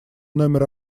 номер